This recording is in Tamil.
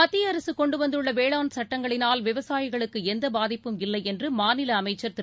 மத்தியஅரசுகொண்டுவந்துள்ளவேளாண் சட்டங்களினால் விவசாயிகளுக்குஎந்தபாதிப்பும் இல்லைஎன்றுமாநிலஅமைச்சர் திரு